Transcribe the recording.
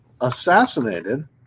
assassinated